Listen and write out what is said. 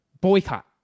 boycott